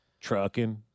Trucking